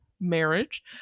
marriage